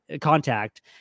contact